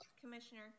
Commissioner